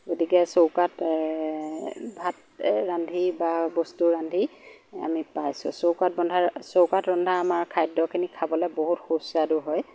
গতিকে চৌকাত ভাত ৰান্ধি বা বস্তু ৰান্ধি আমি পাইছোঁ চৌকাত ৰন্ধা চৌকাত ৰন্ধা আমাৰ খাদ্যখিনি খাবলৈ বহুত সুস্বাদু হয়